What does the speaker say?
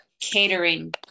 catering